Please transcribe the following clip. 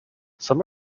some